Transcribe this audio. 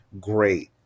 great